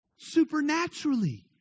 Supernaturally